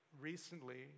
recently